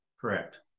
correct